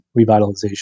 revitalization